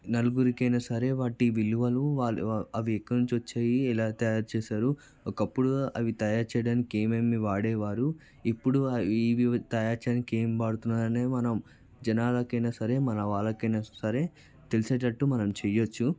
నలుగురికి అయినా సరే వాటి విలువలు వాళ్ళ అవి ఎక్కడ నుంచి వచ్చాయి ఎలా తయారు చేశారు ఒకప్పుడు అవి తయారు చేయడానికి ఏమేమి వాడేవారు ఇప్పుడు అవి ఇవి తయారు చేయడానికి ఏం వాడుతున్నారని మనం జనాలకైనా సరే మనవాళ్ళకైనా సరే తెలిసేటట్టు మనం చేయొచ్చు